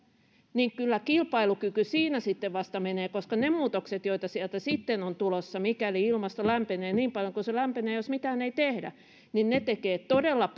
niin kyllä kilpailukyky siinä sitten vasta menee koska ne muutokset joita sieltä sitten on tulossa mikäli ilmasto lämpenee niin paljon kuin se lämpenee jos mitään ei tehdä tekevät todella